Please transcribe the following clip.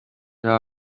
there